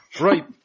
right